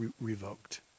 revoked